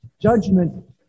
Judgment